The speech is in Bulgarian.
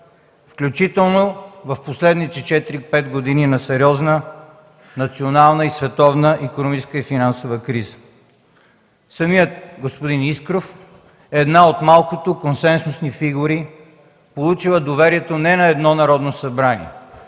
включително и в последните четири-пет години на сериозна национална и световна икономическа и финансова криза. Самият господин Искров е една от малкото консенсусни фигури, получила доверието на не едно Народно събрание,